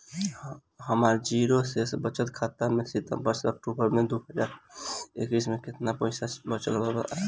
हमार जीरो शेष बचत खाता में सितंबर से अक्तूबर में दो हज़ार इक्कीस में केतना पइसा बचल बा?